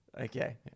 Okay